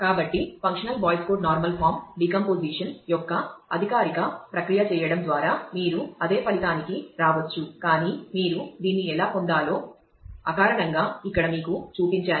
కాబట్టి functional Boyce Codd normal form decomposition యొక్క అధికారిక ప్రక్రియ చేయడం ద్వారా మీరు అదే ఫలితానికి రావచ్చు కానీ మీరు దీన్ని ఎలా పొందాలో అకారణంగా ఇక్కడ మీకు చూపించాను